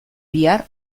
bihar